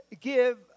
give